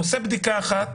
עושה בדיקה אחת